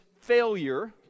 failure